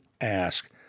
ask